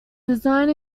design